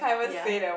ya